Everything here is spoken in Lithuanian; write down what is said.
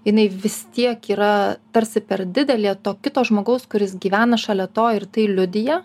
jinai vis tiek yra tarsi per didelė to kito žmogaus kuris gyvena šalia to ir tai liudija